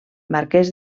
marquès